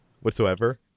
whatsoever